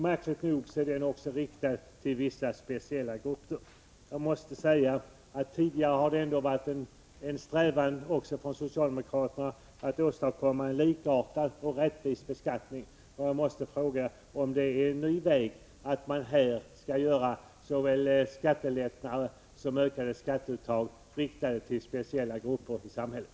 Märkligt nog är den också riktad till vissa speciella grupper. Tidigare har det ändå varit en strävan också från socialdemokraterna att åstadkomma en likartad och rättvis beskattning. Jag måste fråga om ni nu är inne på en ny väg, som innebär att såväl skattelättnader som ökade skatteuttag skall riktas till speciella grupper i samhället.